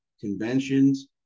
conventions